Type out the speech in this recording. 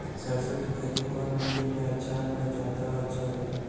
सरसो के खेती कौन मिट्टी मे अच्छा मे जादा अच्छा होइ?